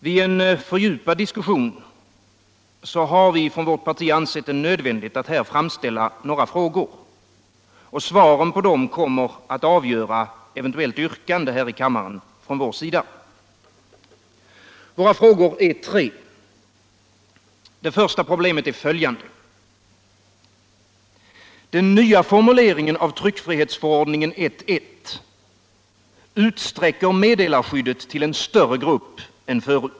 Vid en fördjupad diskussion har vi från vårt parti ansett det nödvändigt att här framställa några frågor. Svaren på dem kommer att avgöra eventuellt yrkande här i kammaren från vår sida. Våra frågor är tre. Det första problemet är följande. Den nya formuleringen av tryckfrihetsförordningen 1:1 utsträcker meddelarskyddet till en större grupp än förr.